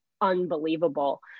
unbelievable